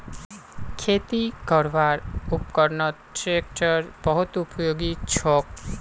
खेती करवार उपकरनत ट्रेक्टर बहुत उपयोगी छोक